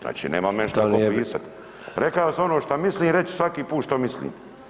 Znači nema men šta ko pisat … [[Upadica: Ne razumije se.]] Rekao sam ono što mislim i reći ću svaki put što mislim.